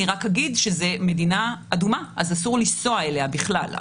רק אגיד שזו מדינה אדומה אז אסור לנסוע אליה בכלל.